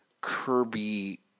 Kirby